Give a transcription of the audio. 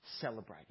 celebrating